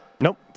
Nope